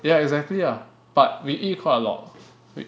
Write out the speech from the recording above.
yeah exactly ah but we eat quite a lot